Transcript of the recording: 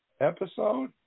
episode